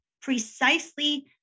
precisely